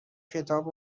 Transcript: کتاب